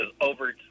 over